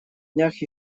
днях